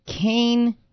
Cain